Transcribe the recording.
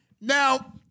Now